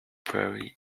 prairie